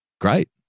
Great